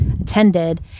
attended